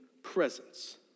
Presence